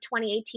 2018